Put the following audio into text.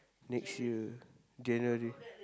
next year January